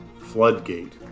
Floodgate